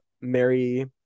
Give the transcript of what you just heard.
Mary